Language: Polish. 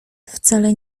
wcale